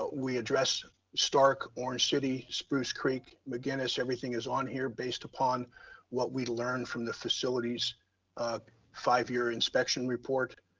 ah we address starke, orange city, spruce creek, mcinnis. everything is on here based upon what we learned from the facilities five-year inspection report.